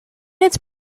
its